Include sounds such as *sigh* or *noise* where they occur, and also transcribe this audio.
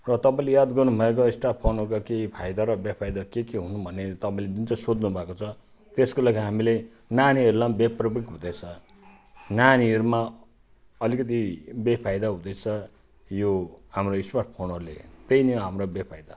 र तपाईँले याद गर्नु माइक्रो स्टाफ फोन हुँदा केही फाइदा र बेफाइदा के के हुन् भन्ने तपाईँले जुन चाहिँ सोध्नु भएको छ त्यसको लागि हामीले नानीहरूलाई *unintelligible* हुँदैछ नानीहरूमा अलिकति बेफाइदा हुँदैछ यो हाम्रो स्मार्टफोनहरूले त्यही नै हो हाम्रो बेफाइदा